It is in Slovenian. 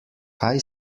kaj